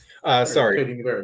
Sorry